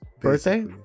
birthday